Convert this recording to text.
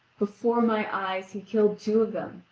before my eyes he killed two of them,